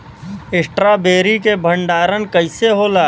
Strawberry के भंडारन कइसे होला?